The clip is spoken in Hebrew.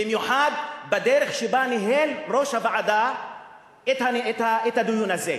במיוחד בדרך שבה ניהל ראש הוועדה את הדיון הזה.